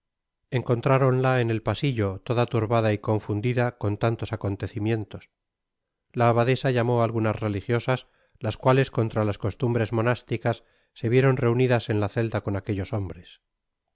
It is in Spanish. encontráronla en el pasillo toda turbada y confundida con tantos acontecimientos la abadesa llamó á algunas religiosas las cuales contra las costumbres monásticas se vieron reunidas en la celda con aquellos hombres